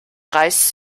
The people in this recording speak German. reis